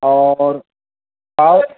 اور پاؤ